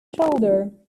shoulder